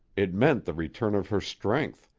it meant the return of her strength,